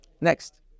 Next